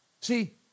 See